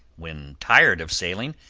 when tired of sailing,